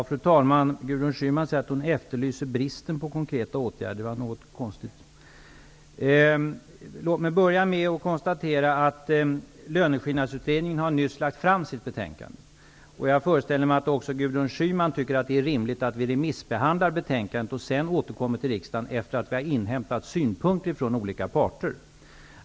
Fru talman! Gudrun Schyman säger att hon efterlyser bristen på konkreta åtgärder. Jag finner det något konstigt. Låt mig börja med att konstatera att Löneskillnadsutredningen nyligen lagt fram sitt betänkande. Jag föreställer mig att också Gudrun Schyman finner det rimligt att vi först remissbehandlar betänkandet, för att därefter återkomma till riksdagen efter att ha inhämtat synpunkter från olika parter.